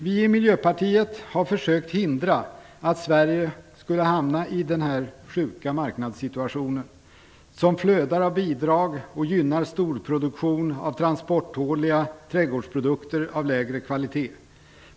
Vi i Miljöpartiet har försökt hindra att Sverige hamnar i denna sjuka marknadssituation som flödar av bidrag och gynnar storproduktion av transporttåliga trädgårdsprodukter av lägre kvalitet.